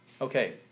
Okay